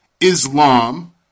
Islam